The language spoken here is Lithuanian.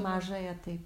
mažąją taip